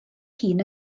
hun